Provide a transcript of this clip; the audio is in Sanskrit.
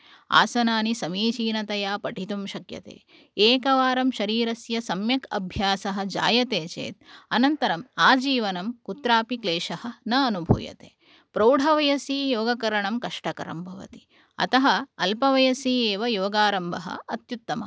आसनानि समीचीनतया पठितुं शक्यते एकवारं शरीरस्य सम्यक् अभ्यासः जायते चेत् अनन्तरं आजीवनं कुत्रापि क्लेशः न अनुभूयते प्रौढवयसि योगकरणं कष्टकरं भवति अतः अल्पवयसि एव योगारम्भः अत्युत्तमः